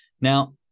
Now